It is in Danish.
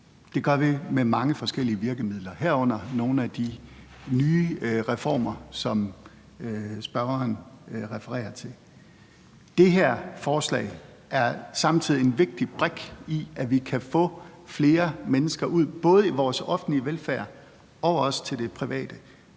Det gør vi med mange forskellige virkemidler, herunder nogle af de nye reformer, som spørgeren refererer til. Det her forslag er samtidig en vigtig brik i, at vi kan få flere mennesker ud både i vores offentlige velfærd og også i det private.